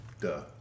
Duh